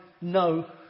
No